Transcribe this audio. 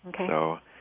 Okay